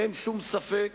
אין שום ספק